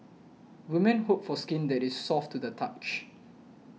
women hope for skin that is soft to the touch